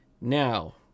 now